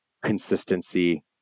consistency